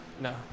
No